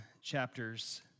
chapters